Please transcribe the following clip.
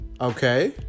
Okay